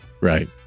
Right